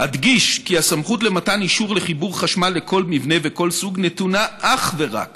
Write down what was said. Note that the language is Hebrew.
אדגיש כי הסמכות למתן אישור לחיבור חשמל לכל מבנה בכל סוג נתונה אך ורק